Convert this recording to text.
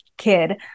kid